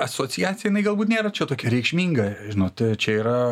asociacija jinai galbūt nėra čia tokia reikšminga žinot čia yra